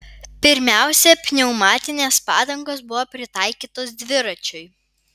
pirmiausia pneumatinės padangos buvo pritaikytos dviračiui